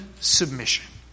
submission